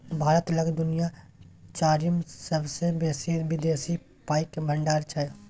भारत लग दुनिया चारिम सेबसे बेसी विदेशी पाइक भंडार छै